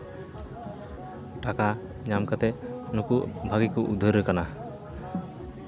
ᱴᱟᱠᱟ ᱧᱟᱢ ᱠᱟᱛᱮ ᱱᱩᱠᱩ ᱵᱷᱟᱜᱮ ᱠᱚ ᱩᱫᱷᱟᱹᱨ ᱠᱟᱱᱟ